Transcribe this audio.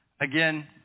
Again